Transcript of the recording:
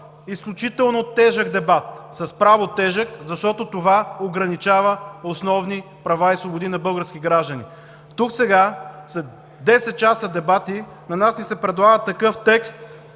Изключително тежък дебат, с право тежък, защото това ограничава основни права и свободи на български граждани. Тук сега, след 10 часа дебати, на нас ни се предлага такъв текст,